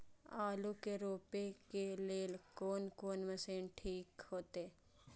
आलू के रोपे के लेल कोन कोन मशीन ठीक होते?